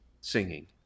singing